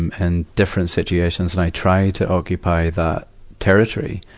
and different situations, and i try to occupy that territory.